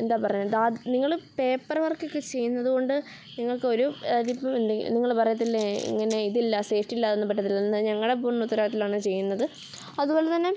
എന്താ പറയുക ദാത് നിങ്ങൾ പേപ്പർ വർക്കൊക്കെ ചെയ്യുന്നതു കൊണ്ട് നിങ്ങൾക്കൊരു അതിപ്പം ഉണ്ടെങ്കിൽ നിങ്ങൾ പറയത്തില്ലെ ഇങ്ങനെ ഇതില്ല സേഫ്റ്റിയില്ല അതൊന്നും പറ്റത്തില്ലയെന്നു ഞങ്ങളുടെ പൂർണ്ണ ഉത്തരവാദിത്വത്തിലാണത് ചെയ്യുന്നത് അതുപോലെതന്നെ